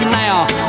now